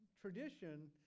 Tradition